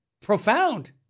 Profound